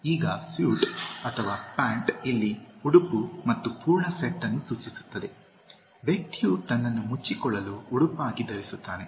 ಈಗ ಸ್ಯುಟ್ ಅಥವಾ ಪ್ಯಾಂಟ್ ಇಲ್ಲಿ ಉಡುಪು ಮತ್ತು ಪೂರ್ಣ ಸೆಟ್ ಅನ್ನು ಸೂಚಿಸುತ್ತದೆ ವ್ಯಕ್ತಿಯು ತನ್ನನ್ನು ಮುಚ್ಚಿಕೊಳ್ಳಲು ಉಡುಪಾಗಿ ಧರಿಸಿರುತ್ತಾನೆ